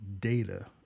data